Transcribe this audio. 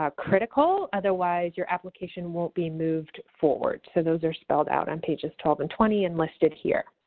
ah critical. otherwise, your application won't be moved forward. so, those are spelled out on pages twelve and twenty and listed here.